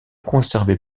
conservé